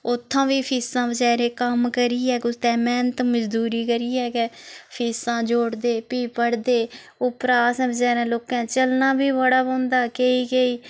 उत्थां बी फीसां बचारे कम्म करियै कुतै मैह्नत मजदूरी करियै गै फीसां जोड़दे फ्ही पढ़दे उप्परा असें बचारे लोकें चलना बी बड़ा पौंदा केईं केईं मीलां दूर